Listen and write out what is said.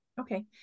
okay